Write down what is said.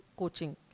coaching